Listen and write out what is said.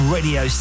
Radio